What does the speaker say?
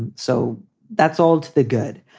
and so that's all to the good.